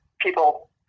people